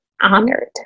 honored